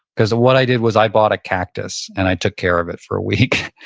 because what i did was i bought a cactus, and i took care of it for a week.